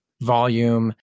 volume